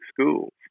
schools